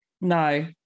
No